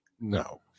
No